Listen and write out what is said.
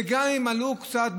וגם אם עלו קצת,